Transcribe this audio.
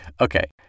Okay